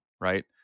right